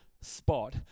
spot